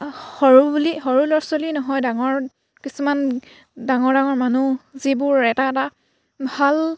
সৰু বুলি সৰু ল'ৰা ছোৱালী নহয় ডাঙৰ কিছুমান ডাঙৰ ডাঙৰ মানুহ যিবোৰ এটা এটা ভাল